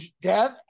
Dev